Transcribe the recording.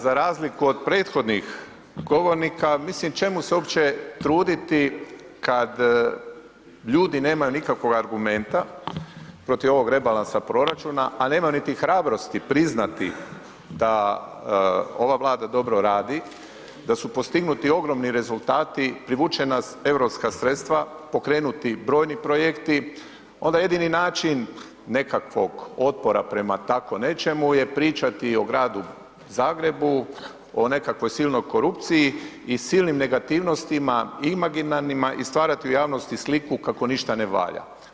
Za razliku od prethodnih govornika mislim čemu se uopće truditi kad ljudi nemaju nikakvog argumenta protiv ovog rebalansa proračuna, a nemaju niti hrabrosti priznati da ova Vlada dobro radi, da su postignuti ogromni rezultati, privučena europska sredstva, pokrenuti brojni projekti, onda jedini način nekakvog otpora prema tako nečemu je pričati o Gradu Zagrebu, o nekakvoj silnoj korupciji i silnim negativnostima imaginarnima i stvarati u javnosti sliku kako ništa ne valja.